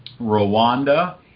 Rwanda